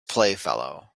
playfellow